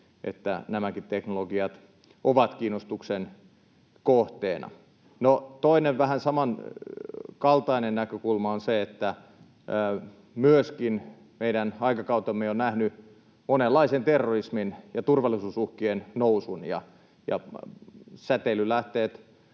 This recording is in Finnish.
että nämäkin teknologiat ovat kiinnostuksen kohteena. No, toinen vähän samankaltainen näkökulma on se, että myöskin meidän aikakautemme on nähnyt monenlaisen terrorismin ja turvallisuusuhkien nousun. Säteilylähteet